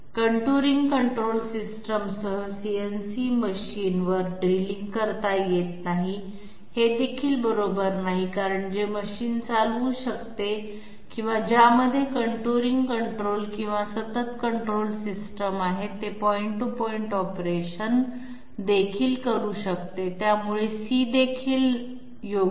contouring control सिस्टीमसह CNC मशीनवर drilling करता येत नाही हे देखील बरोबर नाही कारण जे मशीन चालवू शकते किंवा ज्यामध्ये कंटूरिंग कंट्रोल किंवा सतत कंट्रोल सिस्टम आहे ते पॉइंट टू पॉइंट ऑपरेशन देखील करू शकते त्यामुळे देखील नाही योग्य